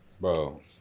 bro